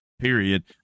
Period